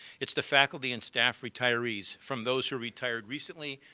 it's the faculty and staff retirees from those who retired recently,